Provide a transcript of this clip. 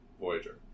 Voyager